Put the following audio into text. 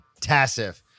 tassif